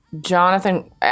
Jonathan